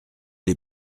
les